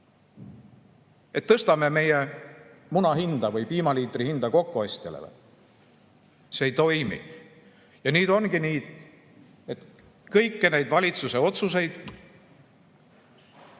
Kas tõstame munade hinda või piimaliitri hinda kokkuostjale või? See ei toimi. Ja nüüd ongi nii, et kõiki neid valitsuse otsuseid